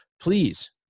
please